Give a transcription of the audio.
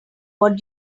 what